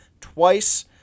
twice